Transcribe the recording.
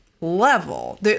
level